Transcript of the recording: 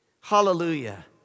Hallelujah